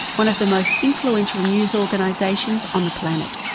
one of the most influential news organisations on the planet.